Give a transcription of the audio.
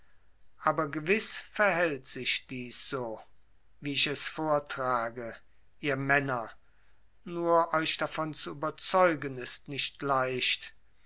aber gewiß verhält sich dies so wie ich es vortrage ihr männer nur euch davon zu überzeugen ist nicht leicht